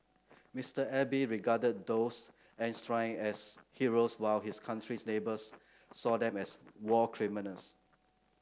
Mr Abe regarded those enshrined as heroes while his country's neighbours saw them as war criminals